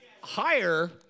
higher